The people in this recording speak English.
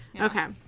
Okay